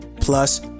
plus